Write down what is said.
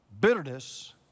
Bitterness